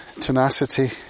tenacity